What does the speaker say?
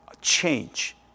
change